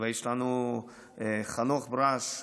יש לנו את חנוך ברש,